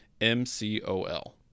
M-C-O-L